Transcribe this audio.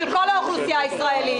של כל האוכלוסייה הישראלית,